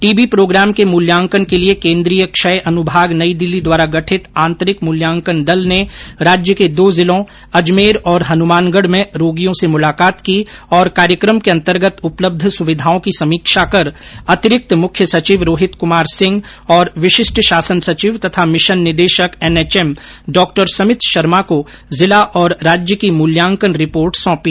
TB programme के मुल्यांकन के लिये केंद्रीय क्षय अनुभाग नई दिल्ली द्वारा गठित आंतरिक मूल्यांकन दल ने राज्य के दो जिलों अजमेर और हनुमानगढ़ में रोगियों से मुलाकात की और कार्यकम के अंतर्गत उपलब्ध सुविधाओं की समीक्षा कर अर्तिरिक्त मुख्य सचिव रोहित कुमार सिंह और विशिष्ट शासन सचिव तथा मिशन निदेशक एनएचएम डॉ समित शर्मा को जिला और राज्य की मूल्यांकन रिपोर्ट सौंपी